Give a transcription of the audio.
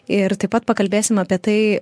ir taip pat pakalbėsim apie tai